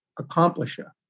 accomplisher